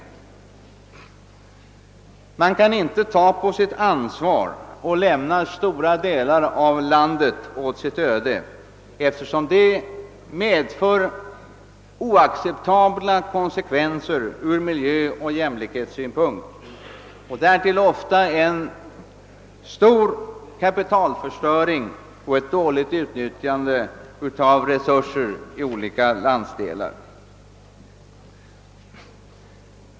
Samhället kan inte ta på sitt ansvar att lämna stora delar landet åt sitt öde, eftersom detta får allvarliga konsekvenser ur miljöoch jämlikhetssynpunkt och därtill ofta leder till en betydande kapitalförstöring och dåligt utnyttjande av områdets resurser.